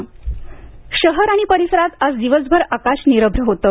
हवामान शहर आणि परिसरात आज दिवसभर आकाश निरभ्र होतं